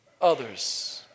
others